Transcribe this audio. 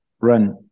run